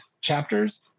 chapters